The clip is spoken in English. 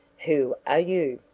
who are you?